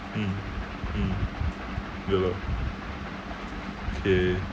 mm mm ya lah okay